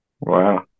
Wow